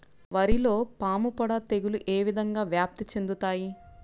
వరిలో పాముపొడ తెగులు ఏ విధంగా వ్యాప్తి చెందుతాయి?